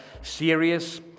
serious